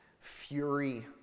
fury